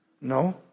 No